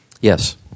Yes